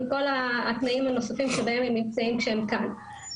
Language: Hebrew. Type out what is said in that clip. וכל התנאים הנוספים שבהם הם נמצאים כשהם כאן.